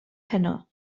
heno